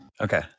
Okay